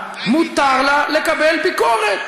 מותר לה לקבל ביקורת.